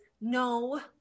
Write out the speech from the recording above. No